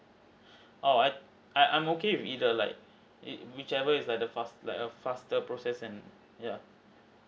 oh I I I'm okay with either like which whichever is like the fast like a faster process and yeah